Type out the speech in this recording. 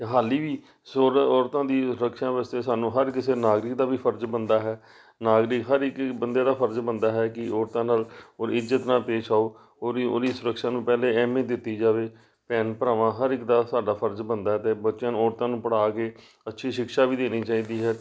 ਹਾਲੇ ਵੀ ਸੁਰ ਔਰਤਾਂ ਦੀ ਸੁਰੱਖਿਆ ਵਾਸਤੇ ਸਾਨੂੰ ਹਰ ਕਿਸੇ ਨਾਗਰਿਕ ਦਾ ਵੀ ਫਰਜ਼ ਬਣਦਾ ਹੈ ਨਾਗਰਿਕ ਹਰ ਇੱਕ ਬੰਦੇ ਦਾ ਫਰਜ਼ ਬਣਦਾ ਹੈ ਕਿ ਔਰਤਾਂ ਨਾਲ ਔਰ ਇੱਜਤ ਨਾਲ ਪੇਸ਼ ਆਓ ਉਹਦੀ ਉਹਦੀ ਸੁਰਕਸ਼ਾ ਨੂੰ ਪਹਿਲੇ ਅਹਿਮੀਅਤ ਦਿੱਤੀ ਜਾਵੇ ਭੈਣ ਭਰਾਵਾਂ ਹਰ ਇੱਕ ਦਾ ਸਾਡਾ ਫਰਜ਼ ਬਣਦਾ ਅਤੇ ਬੱਚਿਆਂ ਨੂੰ ਔਰਤਾਂ ਨੂੰ ਪੜ੍ਹਾ ਕੇ ਅੱਛੀ ਸ਼ਿਕਸ਼ਾ ਵੀ ਦੇਣੀ ਚਾਹੀਦੀ ਹੈ